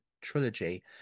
trilogy